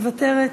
מוותרת,